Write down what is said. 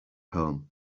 home